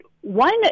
one